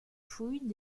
fouilles